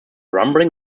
rumbling